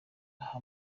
aha